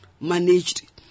managed